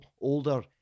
older